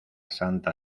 santa